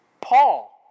Paul